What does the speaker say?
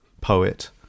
poet